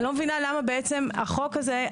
אני לא מבינה למה בעצם החוק הזה,